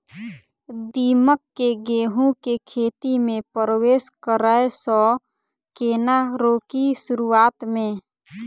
दीमक केँ गेंहूँ केँ खेती मे परवेश करै सँ केना रोकि शुरुआत में?